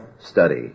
study